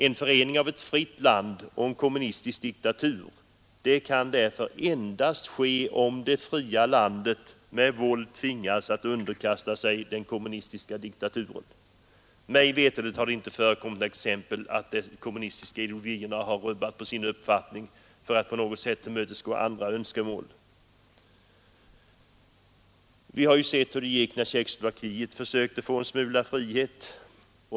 En förening av ett fritt land och en kommunistisk diktatur kan därför endast ske om det fria landet med våld tvingas underkasta sig den kommunistiska diktaturen. Mig veterligt har det inte förekommit exempel på att de kommunistiska diktaturerna har rubbat på sin ideologiska uppfattning för att tillmötesgå andra önskemål. Vi såg ju hur det gick när Tjeckoslovakien försökte få en smula frihet.